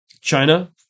China